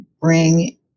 bring